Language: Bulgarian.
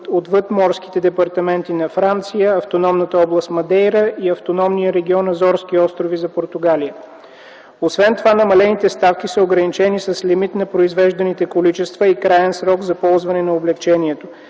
отвъд морските департаменти на Франция, автономната област Мадейра и автономния регион Азорски острови – за Португалия. Освен това намалените ставки са ограничени с лимит на произвежданите количества и краен срок за ползване на облекчението